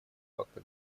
факта